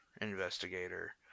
investigator